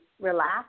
relax